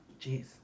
Jeez